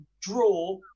draw